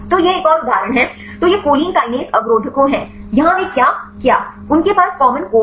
तो यह एक और उदाहरण है तो यह choline kinase अवरोधकों है यहाँ वे क्या किया उनके पास कॉमन कोर है